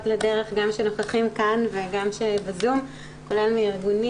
לדרך שנוכחים כאן וגם שנמצאים בזום כולל מהארגונים